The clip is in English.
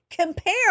compare